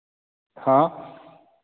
हाँ